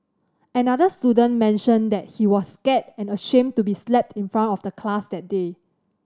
another student mentioned that he was scared and ashamed to be slapped in front of the class that day